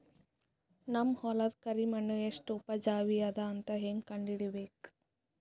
ನನ್ನ ಹೊಲದ ಕರಿ ಮಣ್ಣು ಎಷ್ಟು ಉಪಜಾವಿ ಅದ ಅಂತ ಹೇಂಗ ಕಂಡ ಹಿಡಿಬೇಕು?